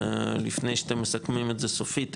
לפני שאתם מסכמים את זה סופית,